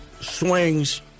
swings